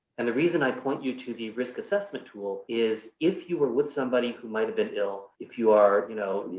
and the reason i point you to the risk assessment tool is if you were with somebody who might have been ill, if you are, you know,